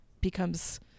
becomes